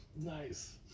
Nice